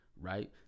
right